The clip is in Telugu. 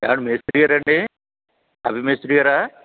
యావండి మేస్త్రిగారా అండీ తాపీ మేస్త్రి గారా